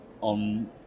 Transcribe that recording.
on